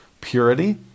purity